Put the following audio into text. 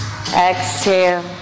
Exhale